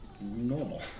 normal